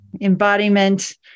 embodiment